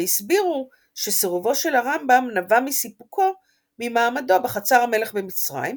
והסבירו שסירובו של הרמב"ם נבע מסיפוקו ממעמדו בחצר המלך במצרים,